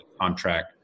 contract